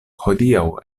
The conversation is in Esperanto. hodiaŭ